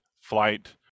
flight